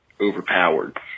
overpowered